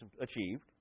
achieved